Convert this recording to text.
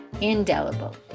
indelible